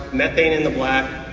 methane in the black,